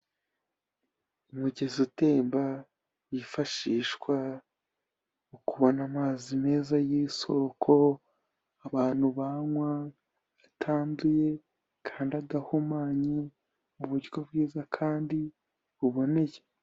Umugezi utemba, wifashishwa mu kubona amazi meza y'isoko, abantu banywa, batanduye, kandi adahumanye, mu buryo bwiza, kandi buboneye.